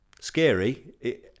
Scary